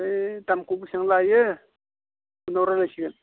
ओमफ्राय दामखौ बेसां लायो उनाव रायज्लायसिगोन